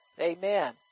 Amen